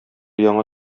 яңа